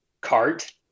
cart